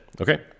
Okay